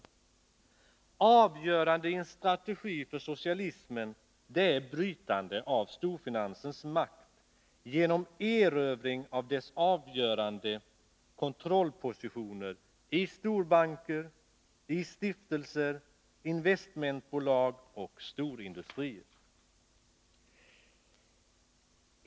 Utslagsgivande i en strategi för socialismen är brytandet av storfinansens makt genom erövring av dess avgörande kontrollpositioner i storbanker, stiftelser, investmentbolag och storindustrier.